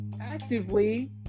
actively